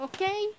Okay